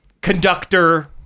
conductor